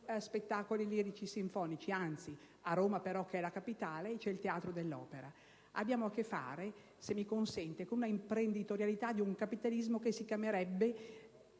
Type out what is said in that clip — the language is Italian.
spettacoli lirico-sinfonici, anzi. A Roma poi, capitale d'Italia, c'è anche il Teatro dell'Opera. Abbiamo a che fare, se mi consente, con una imprenditorialità di un capitalismo, che si chiamerebbe